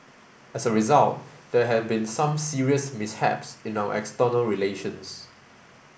as a result there have been some serious mishaps in our external relations